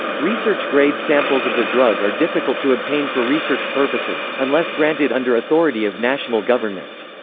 research-grade samples of the drug are difficult to obtain for research purposes, unless granted under authority of national governments.